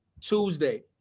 Tuesday